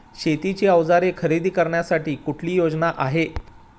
शेतीची अवजारे खरेदी करण्यासाठी कुठली योजना आहे?